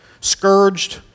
scourged